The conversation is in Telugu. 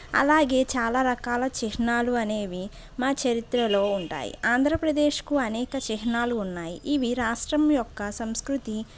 అలాగే చాలా రకాల చిహ్నాలు అనేవి మా చరిత్రలో ఉంటాయి ఆంధ్రప్రదేశ్కు అనేక చిహ్నాలు ఉన్నాయి ఇవి రాష్ట్రం యొక్క సంస్కృతి